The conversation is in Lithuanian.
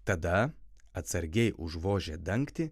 tada atsargiai užvožė dangtį